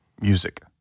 Music